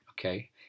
Okay